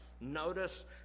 notice